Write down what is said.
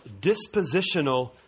dispositional